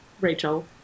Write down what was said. Rachel